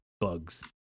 bugs